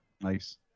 Nice